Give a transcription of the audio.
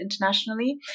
internationally